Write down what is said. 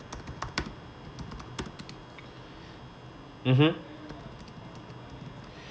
mmhmm